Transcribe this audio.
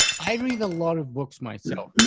i read a lot of books myself,